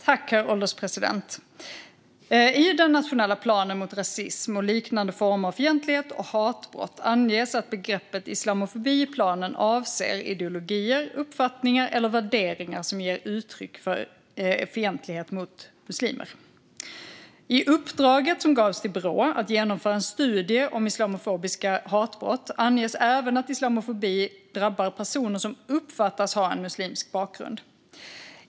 Herr ålderspresident! I den nationella planen mot rasism och liknande former av fientlighet och hatbrott anges att begreppet islamofobi i planen avser ideologier, uppfattningar eller värderingar som ger uttryck för fientlighet mot muslimer. I uppdraget till Brå att genomföra en studie om islamofobiska hatbrott anges även att islamofobi drabbar personer som uppfattas ha en muslimsk bakgrund.